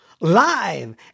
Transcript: live